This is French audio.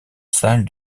salle